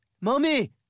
mommy